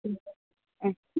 ह